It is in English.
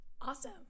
awesome